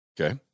Okay